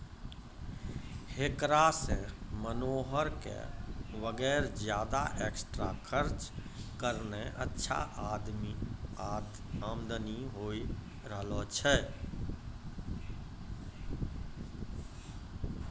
हेकरा सॅ मनोहर कॅ वगैर ज्यादा एक्स्ट्रा खर्च करनॅ अच्छा आमदनी होय रहलो छै